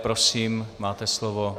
Prosím, máte slovo.